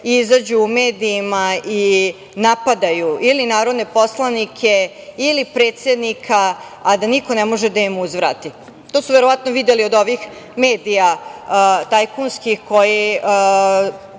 izađu u medijima i napadaju ili narodne poslanike ili predsednika, a da niko ne može da im uzvrati. To su, verovatno, videli od ovih tajkunskih medija